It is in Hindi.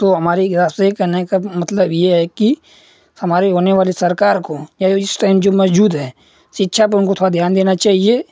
तो हमारे आप से कहने का मतलब ये है कि हमारे होने वाले सरकार को या ओ इस टाइम जो मौजूद है शिक्षा पर उनको थोड़ा ध्यान देना चाहिए